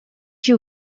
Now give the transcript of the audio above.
you